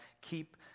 keep